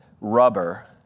rubber